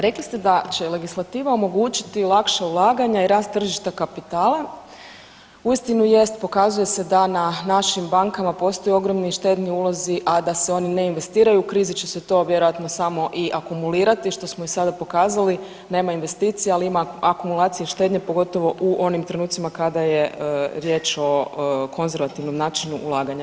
Rekli ste da će legislativa omogućiti lakše ulaganja i rast tržišta kapitala, uistinu jest pokazuje se da na našim bankama postoji ogromni štedni ulozi, a da se oni ne investiraju u krizi će se to vjerojatno samo i akumulirati što smo i sada pokazali, nema investicije, ali ima akumulacije štednje pogotovo u onim trenucima kada je riječ o konzervativnom načinu ulaganja.